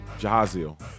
jahaziel